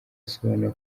asobanura